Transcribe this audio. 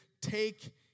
take